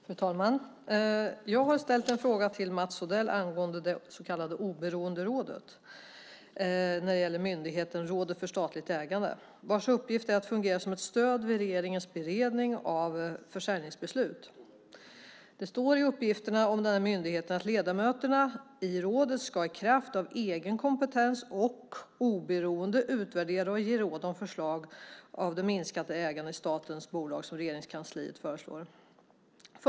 Fru talman! Jag har ställt en fråga till Mats Odell angående det så kallade oberoende rådet när det gäller myndigheten Rådet för försäljning av aktier i bolag med statligt ägande, vars uppgift är att fungera som ett stöd vid regeringens beredning av försäljningsbeslut. Det står i uppgifterna om myndigheten att ledamöterna i rådet i kraft av egen kompetens och oberoende ska utvärdera och ge råd om de förslag om minskat ägandet i statens bolag som Regeringskansliet lägger fram.